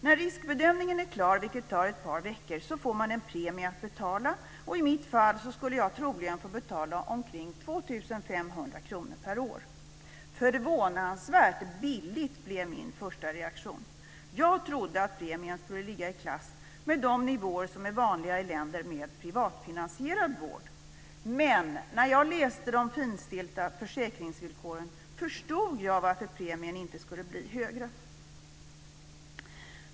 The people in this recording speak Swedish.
När riskbedömningen är klar, vilket tar ett par veckor, får man en premie att betala. I mitt fall skulle jag troligen få betala omkring 2 500 kr per år. Förvånansvärt billigt, blev min första reaktion. Jag trodde att premien skulle ligga i klass med de nivåer som är vanliga i länder med privatfinansierad vård. Men när jag läste de finstilta försäkringsvillkoren förstod jag varför premien inte skulle bli högre.